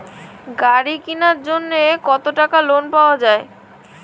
গাড়ি কিনার জন্যে কতো টাকা লোন পাওয়া য়ায়?